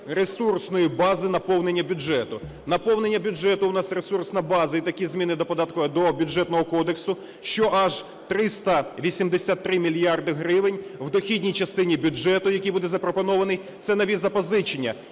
ресурсної бази наповнення бюджету. Наповнення бюджету у нас ресурсна база зміни до податкового... до Бюджетного кодексу, що аж 383 мільярди гривень в дохідній частині бюджету, який буде запропонований – це нові запозичення